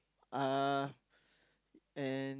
uh and